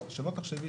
שלא תחשבי